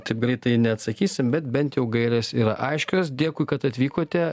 taip greitai neatsakysim bet bent jau gairės yra aiškios dėkui kad atvykote